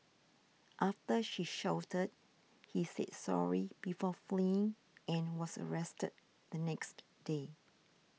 after she shouted he said sorry before fleeing and was arrested the next day